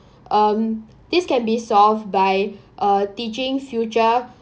um this can be solved by uh teaching future